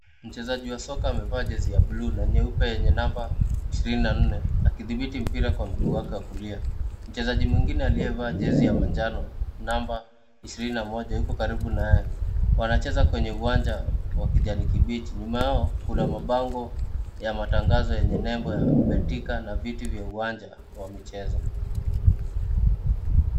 Mchezaji wa soka amevaa jezi ya buluu na nyeupe yenye namba ishirini na nne akithibiti mpira kwa mguu wake wa kulia. Mchezaji mwengine aliyevaa jezi ya manjano namba ishirini na moja yuko karibu naye. Wanacheza kwenye uwanja wa kijani kibichi. Nyuma yao kuna mabango ya matangazo yenye nembo ya Betika na viti vya uwanja wa michezo.